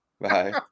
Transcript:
Bye